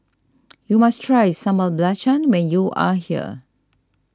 you must try Sambal Belacan when you are here